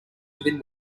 within